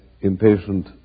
impatient